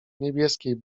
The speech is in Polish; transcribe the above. niebieskiej